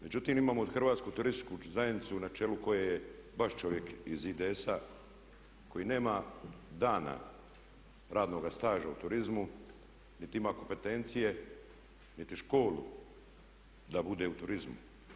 Međutim, imamo Hrvatsku turističku zajednicu na čelu koje je baš čovjek iz IDS-a koji nema dana radnoga staža u turizmu, niti ima kompetencije, niti školu da bude u turizmu.